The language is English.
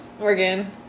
Oregon